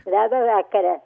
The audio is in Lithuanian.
labą vakarą